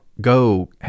go